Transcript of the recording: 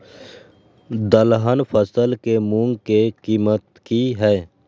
दलहन फसल के मूँग के कीमत की हय?